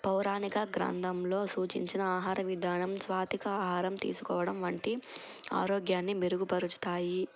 పౌరాణిక గ్రంథంలో సూచించిన ఆహార విధానం సాత్విక ఆహారం తీసుకోవడం వంటి ఆరోగ్యాన్ని మెరుగుపరుచుతాయి